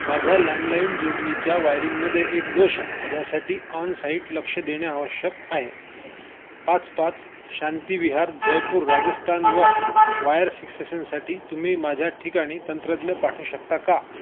माझ्या लँडलाईन जोडणीच्या वायरिंगमध्ये एक दोष आहे ज्यासाठी ऑन साईट लक्ष देणे आवश्यक आहे पाच पाच शांती विहार जयपूर राजस्थानवर वायर फिक्सेशनसाठी तुम्ही माझ्या ठिकाणी तंत्रज्ञ पाठवू शकता का